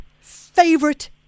favorite